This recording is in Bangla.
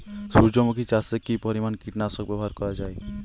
সূর্যমুখি চাষে কি পরিমান কীটনাশক ব্যবহার করা যায়?